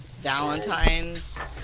valentine's